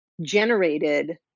generated